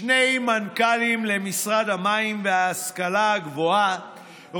שני מנכ"לים למשרד המים וההשכלה הגבוהה,